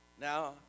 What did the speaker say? Now